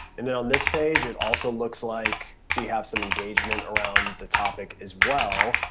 and then on this page, it also looks like we have some engagement around the topic as well.